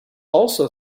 also